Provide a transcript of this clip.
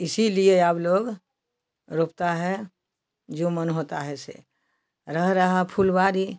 इसीलिए आब लोग रोपता है जो मन होता है से रह रहा फुलवारी